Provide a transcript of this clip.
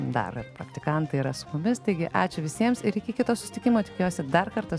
dar ir praktikantai yra su mumis taigi ačiū visiems ir iki kito susitikimo tikiuosi dar kartą